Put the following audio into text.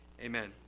Amen